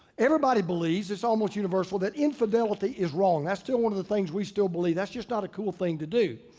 everybody believes it's almost universal, that infidelity is wrong. that's still one of the things we still believe that's just not a cool thing to do.